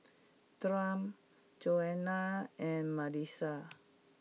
Dawne Joanna and Milas